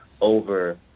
over